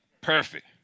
Perfect